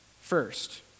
First